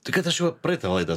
tai kad aš jau praeitą laidą